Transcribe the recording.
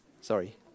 Sorry